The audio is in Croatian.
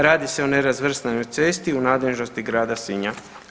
Radi se o nerazvrstanoj cesti u nadležnosti Grada Sinja.